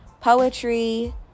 poetry